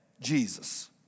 Jesus